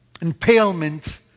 Impalement